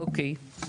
אוקיי.